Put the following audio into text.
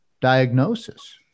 diagnosis